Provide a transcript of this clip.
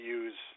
use